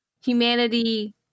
humanity